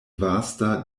vasta